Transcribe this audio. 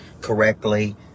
correctly